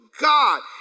God